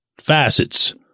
facets